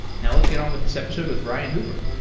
now let's get on with this episode with ryan hoover.